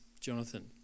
Jonathan